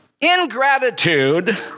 Ingratitude